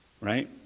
Right